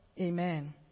Amen